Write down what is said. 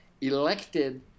elected